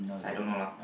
which I don't know lah